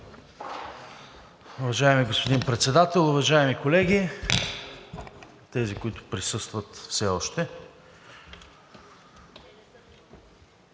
Уважаеми господин Председател, уважаеми колеги – тези, които присъстват все още!